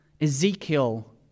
Ezekiel